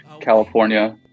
California